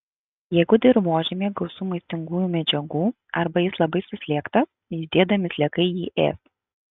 jeigu dirvožemyje gausu maistingųjų medžiagų arba jis labai suslėgtas judėdami sliekai jį ės